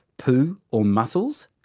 poo or muscles?